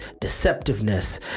Deceptiveness